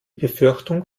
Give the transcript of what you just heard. befürchtung